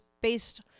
based